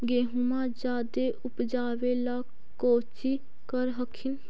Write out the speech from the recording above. गेहुमा जायदे उपजाबे ला कौची कर हखिन?